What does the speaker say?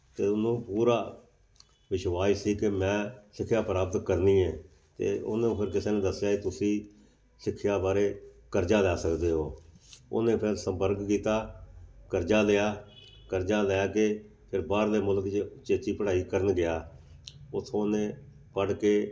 ਅਤੇ ਉਹਨੂੰ ਪੂਰਾ ਵਿਸ਼ਵਾਸ ਸੀ ਕਿ ਮੈਂ ਸਿੱਖਿਆ ਪ੍ਰਾਪਤ ਕਰਨੀ ਐਂ ਅਤੇ ਉਹਨੂੰ ਫਿਰ ਕਿਸੇ ਨੂੰ ਦੱਸਿਆ ਤੁਸੀਂ ਸਿੱਖਿਆ ਬਾਰੇ ਕਰਜ਼ਾ ਲੈ ਸਕਦੇ ਹੋ ਉਹਨੇ ਫਿਰ ਸੰਪਰਕ ਕੀਤਾ ਕਰਜ਼ਾ ਲਿਆ ਕਰਜ਼ਾ ਲੈ ਕੇ ਫਿਰ ਬਾਹਰਲੇ ਮੁਲਕ 'ਚ ਉਚੇਚੀ ਪੜ੍ਹਾਈ ਕਰਨ ਗਿਆ ਉੱਥੋਂ ਉਹਨੇ ਪੜ੍ਹ ਕੇ